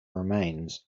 remains